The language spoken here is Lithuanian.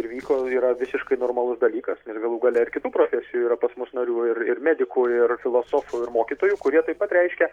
ir vyko yra visiškai normalus dalykas ir galų gale ir kitų profesijų yra pas mus narių ir ir medikų ir filosofų ir mokytojų kurie taip pat reiškia